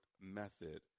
Method